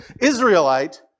Israelite